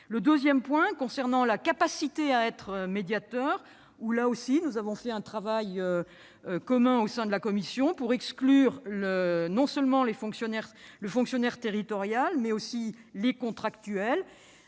Deuxièmement, concernant la capacité à être médiateur, nous avons réalisé un travail commun au sein de la commission, pour exclure non seulement les fonctionnaires territoriaux, mais aussi les contractuels,